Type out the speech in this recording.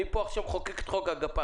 אני מחוקק פה עכשיו את חוק הגפ"מ.